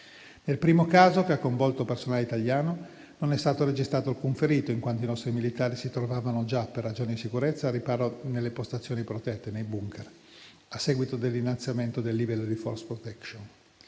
Nel primo caso, che ha coinvolto personale italiano, non è stato registrato alcun ferito, in quanto i nostri militari si trovavano già, per ragioni di sicurezza, al riparo nelle postazioni protette nei *bunker*, a seguito dell'innalzamento del livello di *force protection*.